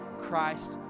Christ